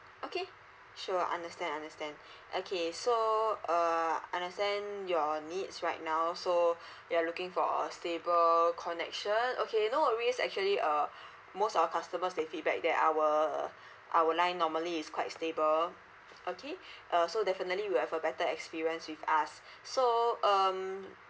okay sure understand understand okay so uh understand your needs right now so you're looking for a stable connection okay no worries actually uh most our customers they feedback that our our line normally is quite stable okay uh so definitely will have a better experience with us so um